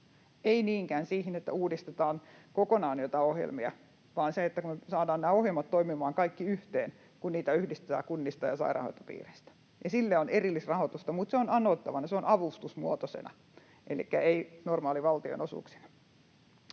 Ei niinkään siihen, että uudistetaan kokonaan joitain ohjelmia, vaan siihen, että saadaan kaikki nämä ohjelmat toimimaan yhteen, kun niitä yhdistetään kunnista ja sairaanhoitopiireistä. Sille on erillisrahoitusta, mutta se on anottavana. Se on avustusmuotoisena, elikkä ei normaalivaltionosuuksina.